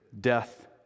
Death